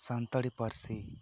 ᱥᱟᱱᱛᱟᱲᱤ ᱯᱟᱹᱨᱥᱤ